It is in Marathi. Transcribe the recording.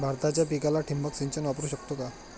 भाताच्या पिकाला ठिबक सिंचन वापरू शकतो का?